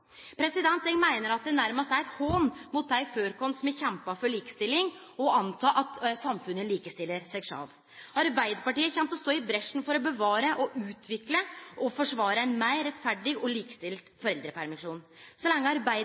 nærmast er ein hån mot dei før oss som har kjempa for likestilling, å anta at samfunnet likestiller seg sjølv. Arbeidarpartiet kjem til å gå i bresjen for å bevare, utvikle og forsvare ein meir rettferdig og likestilt foreldrepermisjon. Så lenge